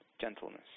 Gentleness